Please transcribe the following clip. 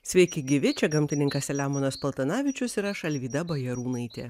sveiki gyvi čia gamtininkas selemonas paltanavičius ir aš alvyda bajarūnaitė